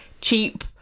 cheap